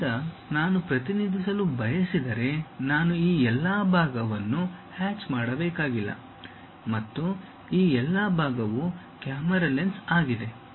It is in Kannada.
ಈಗ ನಾನು ಪ್ರತಿನಿಧಿಸಲು ಬಯಸಿದರೆ ನಾನು ಈ ಎಲ್ಲಾ ಭಾಗವನ್ನು ಹ್ಯಾಚ್ ಮಾಡಬೇಕಾಗಿಲ್ಲ ಮತ್ತು ಈ ಎಲ್ಲಾ ಭಾಗವು ಕ್ಯಾಮೆರಾ ಲೆನ್ಸ್ ಆಗಿದೆ